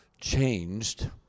changed